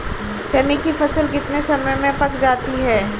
चने की फसल कितने समय में पक जाती है?